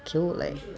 kale like